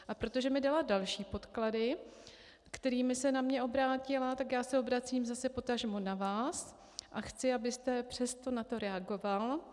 A protože mi dala další podklady, kterými se na mě obrátila, tak já se obracím zase potažmo na vás a chci, abyste přesto na to reagoval.